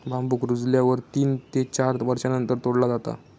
बांबुक रुजल्यावर तीन ते चार वर्षांनंतर तोडला जाता